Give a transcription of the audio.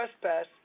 trespass